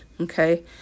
okay